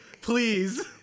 Please